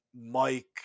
Mike